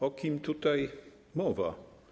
O kim tutaj mowa?